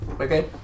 Okay